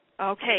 Okay